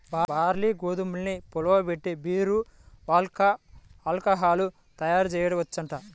barley, గోధుమల్ని పులియబెట్టి beer, vodka, alcohol తయ్యారుజెయ్యొచ్చంట